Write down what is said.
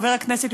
וחבר הכנסת,